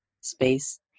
space